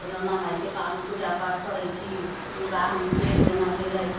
राणा मायके पूजा पाठ करैत छी विवाह भेल जेना भेलै